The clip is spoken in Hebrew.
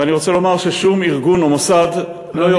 ואני רוצה לומר ששום ארגון או מוסד לא,